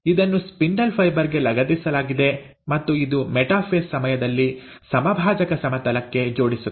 ಇದನ್ನು spindle fibre ಗೆ ಲಗತ್ತಿಸಲಾಗಿದೆ ಮತ್ತು ಇದು ಮೆಟಾಫೇಸ್ ಸಮಯದಲ್ಲಿ ಸಮಭಾಜಕ ಸಮತಲಕ್ಕೆ ಜೋಡಿಸುತ್ತದೆ